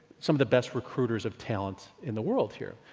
some of the best recruiters of talent in the world here.